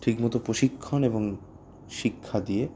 ঠিকমতো প্রশিক্ষণ এবং শিক্ষা দিয়ে